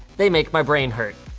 they make my brain hurt.